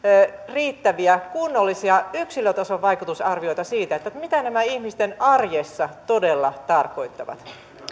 riittäviä kunnollisia yksilötason vaikutusarvioita siitä mitä nämä ihmisten arjessa todella tarkoittavat